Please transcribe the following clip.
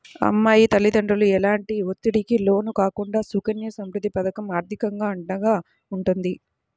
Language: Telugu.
అమ్మాయి తల్లిదండ్రులు ఎలాంటి ఒత్తిడికి లోను కాకుండా సుకన్య సమృద్ధి పథకం ఆర్థికంగా అండగా ఉంటుంది